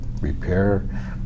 repair